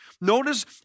Notice